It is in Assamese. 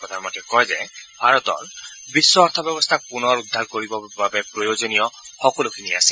প্ৰধান মন্ত্ৰীয়ে কয় যে ভাৰতৰ বিশ্ব অৰ্থব্যৱস্থাক পুনৰ উদ্ধাৰ কৰিবৰ বাবে প্ৰয়োজনীয় সকলোখিনিয়ে আছে